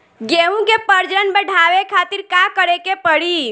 गेहूं के प्रजनन बढ़ावे खातिर का करे के पड़ी?